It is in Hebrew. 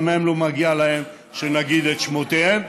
שגם לא מגיע להם שנגיד את שמותיהם,